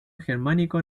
germánico